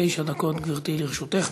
תשע דקות, גברתי, לרשותך.